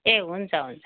ए हुन्छ हुन्छ